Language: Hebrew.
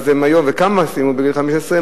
וכמה יצאו בגיל 15,